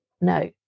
No